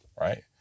right